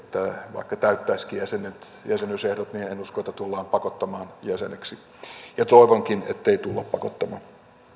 vaikka täyttäisikin jäsenyysehdot en usko että tullaan pakottamaan jäseneksi ja toivonkin ettei tulla pakottamaan